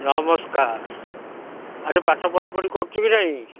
ନମସ୍କାର ଆରେ ପାଠ ପଢ଼ାପଢ଼ି କରୁଛୁ କି ନାହିଁ